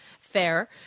fair